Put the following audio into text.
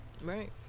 Right